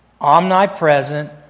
omnipresent